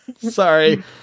Sorry